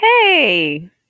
hey